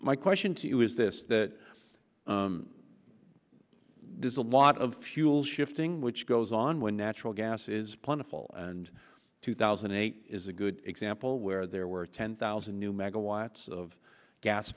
my question to you is this that there's a lot of fuel shifting which goes on when natural gas is plentiful and two thousand and eight is a good example where there were ten thousand new megawatts of gas